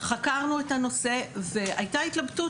חקרנו את הנושא והייתה התלבטות,